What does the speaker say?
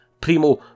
Primo